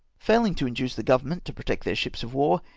failing to induce the government to protect their ships of war,